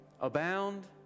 abound